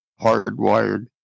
hardwired